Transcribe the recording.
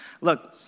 Look